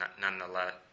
nonetheless